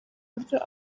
buryo